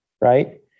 right